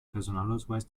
personalausweis